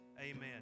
amen